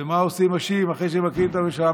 ומה עושים השיעים אחרי שהם מקימים את הממשלה?